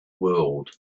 world